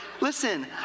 listen